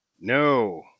No